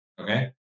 Okay